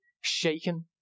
shaken